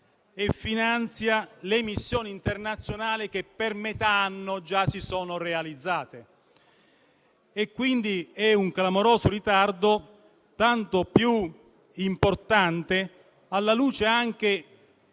e finanzia missioni internazionali che per metà anno già si sono realizzate. Si tratta, quindi, di un clamoroso ritardo, tanto più importante anche